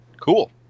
cool